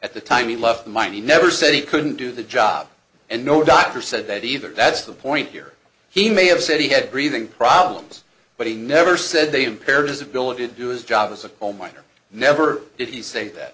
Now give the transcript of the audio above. at the time he left the mine he never said he couldn't do the job and no doctor said that either that's the point here he may have said he had breathing problems but he never said they impaired his ability to do his job as a homeowner never did he say that